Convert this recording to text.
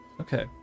okay